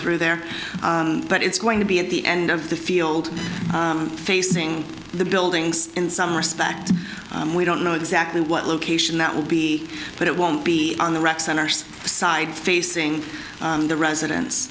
through there but it's going to be at the end of the field facing the buildings in some respects we don't know exactly what location that will be but it won't be on the rec centers side facing the residents